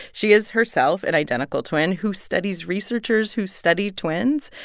she is herself an identical twin who studies researchers who studied twins.